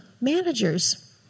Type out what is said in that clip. managers